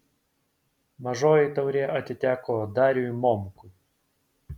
mažoji taurė atiteko dariui momkui